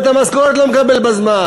המע"מ עלה,